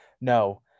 No